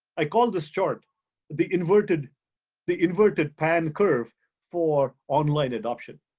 i call this chart the inverted the inverted pan curve for online adoption.